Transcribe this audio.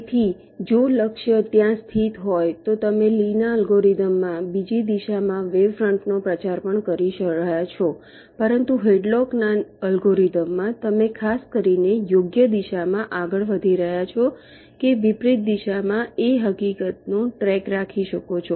તેથી જો લક્ષ્ય ત્યાં સ્થિત હોય તો તમે લીના અલ્ગોરિધમમાં બીજી દિશામાં વેવ ફ્રંટનો પ્રચાર પણ કરી રહ્યા છો પરંતુ હેડલોકના અલ્ગોરિધમમાં તમે ખાસ કરીને યોગ્ય દિશામાં આગળ વધી રહ્યા છો કે વિપરીત દિશામાં એ હકીકતનો ટ્રૅક રાખી શકો છો